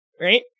right